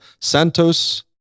Santos